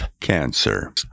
cancer